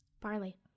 barley